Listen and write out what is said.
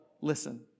listen